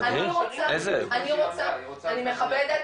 אני מכבדת